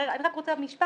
אני רק רוצה עוד משפט.